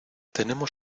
tenemos